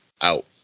out